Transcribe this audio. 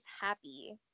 happy